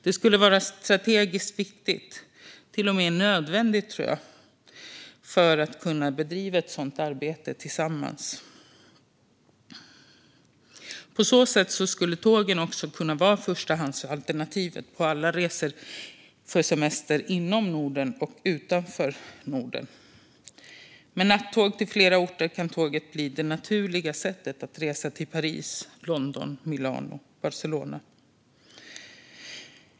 Det skulle vara strategiskt viktigt och till och med nödvändigt, tror jag, för att vi ska kunna bedriva ett sådant arbete tillsammans. På så sätt skulle tågen också kunna vara förstahandsalternativet på alla resor vid semester inom och utanför Norden. Med nattåg till flera orter kan tåget bli det naturliga sättet att resa till Paris, London, Milano och Barcelona.